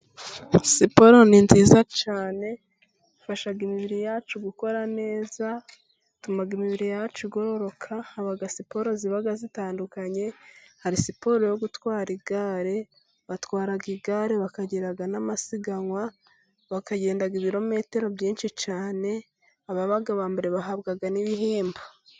Siporo ni nziza cyane ifasha imibiri yacu gukora neza ,ituma imibiri yacu igorororoka .Haba siporo ziba zitandukanye, hari siporo yo gutwara igare ,batwara igare bakagira n'amasiganwa ,bakagenda ibirometero byinshi cyane ,ababa aba mbere bahabwa n'ibihembo.